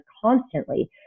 constantly